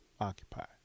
occupy